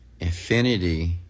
infinity